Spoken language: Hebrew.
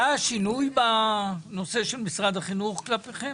היה שינוי בנושא של משרד החינוך כלפיכם